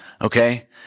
okay